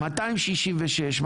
266,